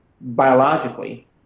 biologically